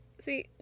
See